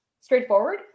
straightforward